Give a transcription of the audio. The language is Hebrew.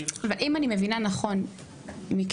אבל אם אני מבינה נכון מכם,